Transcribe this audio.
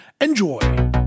enjoy